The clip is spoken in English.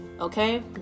okay